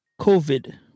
Covid